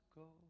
go